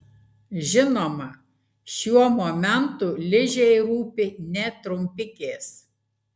žinoma šiuo momentu ližei rūpi ne trumpikės